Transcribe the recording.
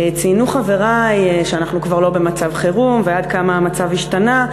ציינו חברי שאנחנו כבר לא במצב חירום ועד כמה המצב השתנה.